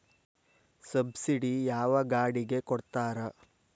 Subsidy ಯಾವ ಗಾಡಿಗೆ ಕೊಡ್ತಾರ?